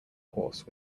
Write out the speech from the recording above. horse